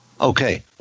Okay